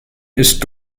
ist